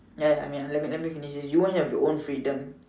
ya I mean let let me finish this you want to have your own freedom